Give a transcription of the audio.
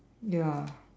ya